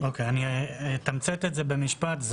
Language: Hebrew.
אני אתמצת במשפט.